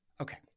Okay